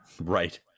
right